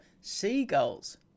seagulls